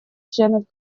членов